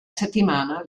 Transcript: settimana